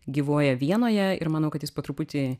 gyvuoja vienoje ir manau kad jis po truputį